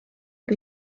eta